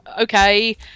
okay